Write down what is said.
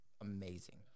Amazing